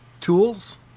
tools